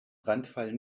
brandfall